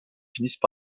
finissent